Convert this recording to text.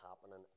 happening